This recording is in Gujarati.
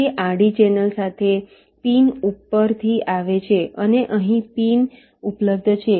તે આડી ચેનલ સાથે પિન ઉપરથી આવે છે અને અહીં પિન ઉપલબ્ધ છે